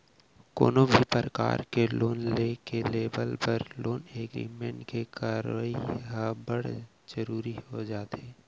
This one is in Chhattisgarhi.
कोनो भी परकार के लोन के लेवब बर लोन एग्रीमेंट के करई ह बड़ जरुरी हो जाथे